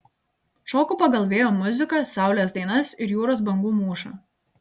šoku pagal vėjo muziką saulės dainas ir jūros bangų mūšą